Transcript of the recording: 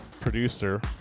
producer